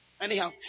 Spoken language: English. Anyhow